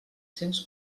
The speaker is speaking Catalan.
cents